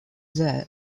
that